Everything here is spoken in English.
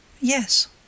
Yes